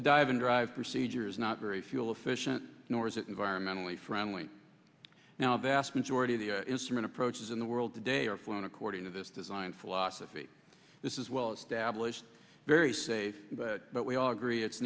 a dive and drive procedure is not very fuel efficient nor is it environmentally friendly now vast majority of the instrument approaches in the world today are flown according to this design philosophy this is well established very safe but we all agree it's